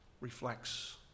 reflects